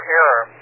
error